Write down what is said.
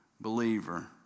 believer